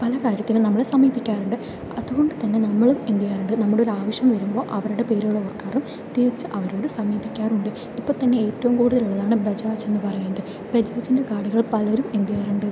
പല കാര്യത്തിനും നമ്മളെ സമീപിക്കാറുണ്ട് അതുകൊണ്ട് തന്നെ നമ്മള് എന്ത് ചെയ്യാറുണ്ട് നമ്മുടെ ഒരാവശ്യം വരുമ്പോൾ അവരുടെ പേരുകൾ ഓർക്കാറും തീർച്ച അവരോട് സമീപിക്കാറും ഉണ്ട് ഇപ്പോൾ തന്നെ ഏറ്റവും കൂടുതലുള്ളതാണ് ബജാജ് എന്ന് പറയുന്നത് ബജാജിൻ്റെ കാർഡുകൾ പലരും എന്ത് ചെയ്യാറുണ്ട്